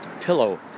pillow